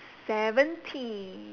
seventy